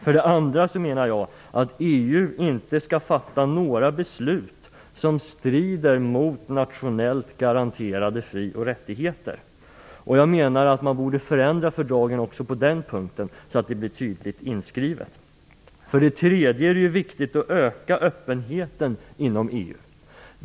För det andra menar jag att EU inte skall fatta några beslut som strider mot nationellt garanterade frioch rättigheter. Fördragen borde förändras också på den punkten så att detta blir tydligt inskrivet. För det tredje är det viktigt att öka öppenheten inom EU.